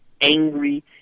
angry